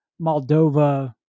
Moldova